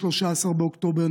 13 באוקטובר,